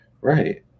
Right